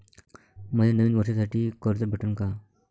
मले नवीन वर्षासाठी कर्ज भेटन का?